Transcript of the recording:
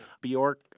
Bjork